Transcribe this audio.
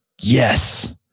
Yes